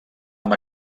amb